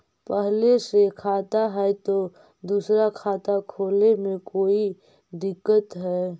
पहले से खाता है तो दूसरा खाता खोले में कोई दिक्कत है?